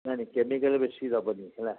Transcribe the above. ନାଇଁ ନାଇଁ କେମିକାଲ୍ ବେଶି ଦେବନି ହେଲା